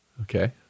Okay